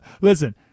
Listen